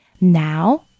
Now